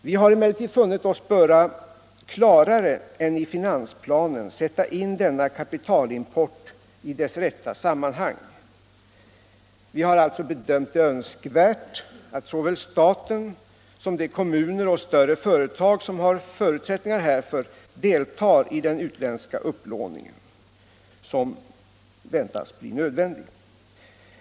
Vi har emellertid funnit oss böra klarare än i finansplanen sätta in denna kapitalimport i dess rätta sammanhang. Vi har alltså bedömt det önskvärt att såväl staten som de kommuner och större företag som har förutsättningar härför deltar i den utländska upplåning som blir nödvändig.